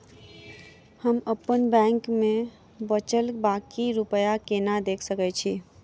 हम अप्पन बैंक मे बचल बाकी रुपया केना देख सकय छी?